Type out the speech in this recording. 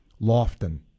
Lofton